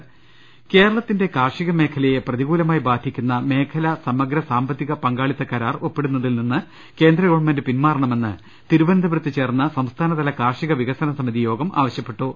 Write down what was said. ദർശ്ശേരി പ കേരളത്തിന്റെ കാർഷിക മേഖലയെ പ്രതികൂലമായി ബാധിക്കുന്ന മേഖലാ സമഗ്ര സാമ്പത്തിക പങ്കാളിത്ത് കരാർ ഒപ്പിടുന്നതിൽനിന്ന് കേന്ദ്രഗ വൺമെന്റ് പിന്മാറണമെന്ന് തിരുവനന്തപുരത്ത് ചേർന്ന സംസ്ഥാനതല കാർഷിക വികസന സമിതി യോഗം ആവശ്യപ്പെട്ടു